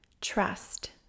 trust